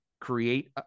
create